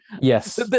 Yes